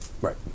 Right